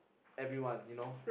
everyone you know